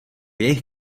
jejich